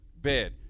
bed